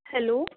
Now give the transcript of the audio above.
hello